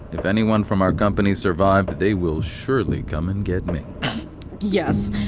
if anyone from our company survived, they will surely come and get me yes.